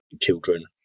children